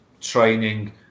training